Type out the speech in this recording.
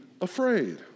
afraid